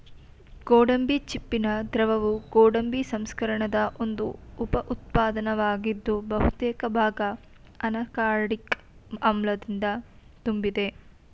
ಗೋಡಂಬಿ ಚಿಪ್ಪಿನ ದ್ರವವು ಗೋಡಂಬಿ ಸಂಸ್ಕರಣದ ಒಂದು ಉಪ ಉತ್ಪನ್ನವಾಗಿದ್ದು ಬಹುತೇಕ ಭಾಗ ಅನಾಕಾರ್ಡಿಕ್ ಆಮ್ಲದಿಂದ ತುಂಬಿದೆ